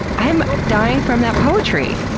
i am dying from that poetry.